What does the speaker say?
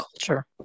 culture